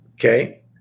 okay